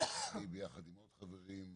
יחד עם עוד חברים,